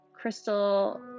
Crystal